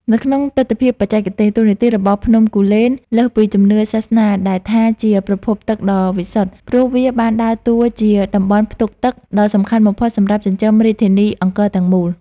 នៅក្នុងទិដ្ឋភាពបច្ចេកទេស តួនាទីរបស់ភ្នំគូលែនលើសពីជំនឿសាសនាដែលថាជាប្រភពទឹកដ៏វិសុទ្ធ ព្រោះវាបានដើរតួជា តំបន់ផ្ទុកទឹក ដ៏សំខាន់បំផុតសម្រាប់ចិញ្ចឹមរាជធានីអង្គរទាំងមូល។